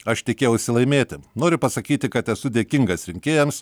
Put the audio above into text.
aš tikėjausi laimėti noriu pasakyti kad esu dėkingas rinkėjams